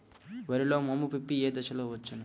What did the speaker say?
వరిలో మోము పిప్పి ఏ దశలో వచ్చును?